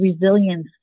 resilience